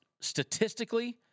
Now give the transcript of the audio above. statistically